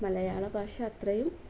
മലയാള ഭാഷ അത്രയും